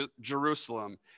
Jerusalem